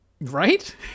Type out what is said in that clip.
Right